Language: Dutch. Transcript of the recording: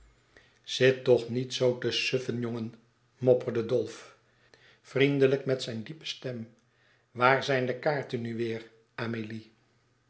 zit toch niet zoo te suffen jongen mopperde dolf vriendelijk met zijn diepe stem waar zijn de kaarten nu weêr amélie